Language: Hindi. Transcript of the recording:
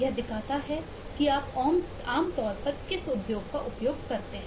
यह दिखाता है कि आप आमतौर पर किस उद्योग का उपयोग करते हैं